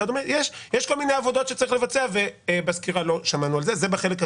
יש כל מיני עבודות שצריך לבצע ולא שמענו על כך.